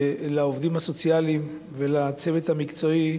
לעובדים הסוציאליים ולצוות המקצועי,